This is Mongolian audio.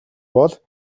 бол